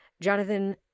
Jonathan